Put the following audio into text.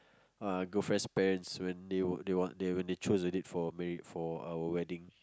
uh girlfriend's parents when they were they want they when they chose the date for married for our wedding